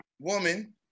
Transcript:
woman